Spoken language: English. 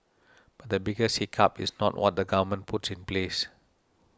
but the biggest hiccup is not what the Government puts in place